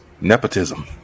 nepotism